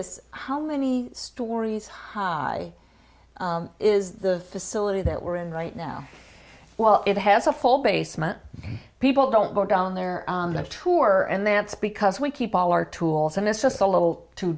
us how many stories high is the facility that we're in right now well it has a full basement people don't go down there on the tour and that's because we keep all our tools and it's just a little too